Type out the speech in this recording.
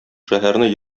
шәһәрне